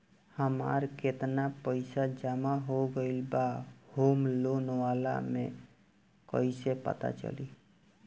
हमार केतना पईसा जमा हो गएल बा होम लोन वाला मे कइसे पता चली?